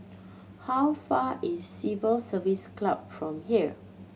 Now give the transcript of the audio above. how far is Civil Service Club from here